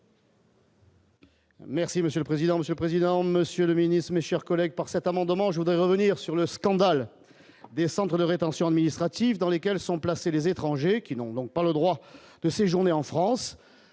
Merci monsieur le président, Monsieur le président, Monsieur le Ministre, mes chers collègues par cet amendement, je voudrais revenir sur le scandale des centres de rétention administrative dans lesquels sont placés les étrangers qui n'ont donc pas le droit de séjourner en France,